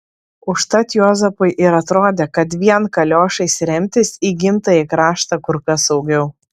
užtat juozapui ir atrodė kad dviem kaliošais remtis į gimtąjį kraštą kur kas saugiau